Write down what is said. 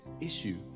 issue